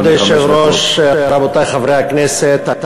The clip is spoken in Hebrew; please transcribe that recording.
כבוד היושב-ראש, רבותי חברי הכנסת,